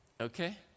Okay